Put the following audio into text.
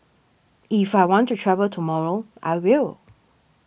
if I want to travel tomorrow I will